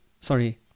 sorry